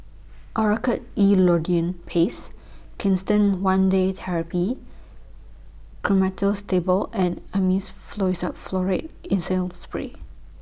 Oracort E Lidocaine Paste Canesten one Day Therapy Tablet and Avamys Furoate Intranasal Spray